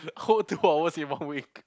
whole two hours in one week